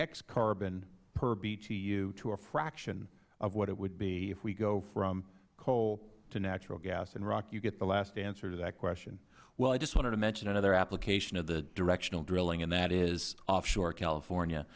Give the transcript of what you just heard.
x carbon per btu to a fraction of what it would be if we go from coal to natural gas and rock you get the last answer to that question mister zierman well i just wanted to mention another application of the directional drilling and that is offshore california